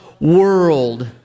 world